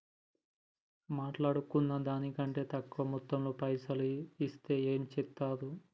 మాట్లాడుకున్న దాని కంటే తక్కువ మొత్తంలో పైసలు ఇస్తే ఏం చేత్తరు?